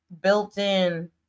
built-in